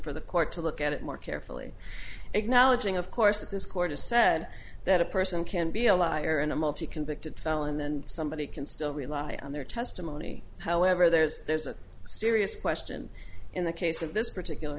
for the court to look at it more carefully acknowledging of course that this court has said that a person can be a liar and a multi convicted felon then somebody can still rely on their testimony however there's there's a serious question in the case of this particular